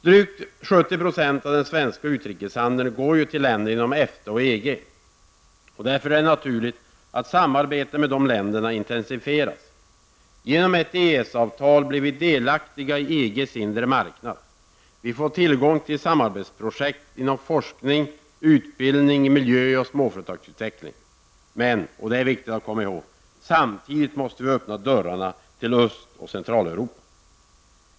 Drygt 70 % av den svenska utrikeshandeln går till länderna inom EFTA och EG. Därför är det naturligt att samarbetet med dessa länder intensifieras. Genom ett EES-avtal blir vi delaktiga i EGs inre marknad. Vi får tillgång till samarbetsprojekt inom forskning, utbildning, miljö och småföretagsutveckling. Men, och det är viktigt att komma ihåg, samtidigt måste vi öppna dörrarna till Öst och Centraleuropa.